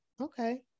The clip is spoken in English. Okay